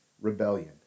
rebellion